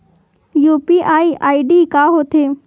UPI ID का होथे?